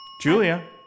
Julia